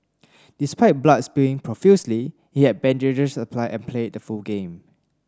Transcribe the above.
despite blood spewing profusely he had bandages applied and played the full game